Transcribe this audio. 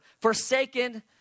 forsaken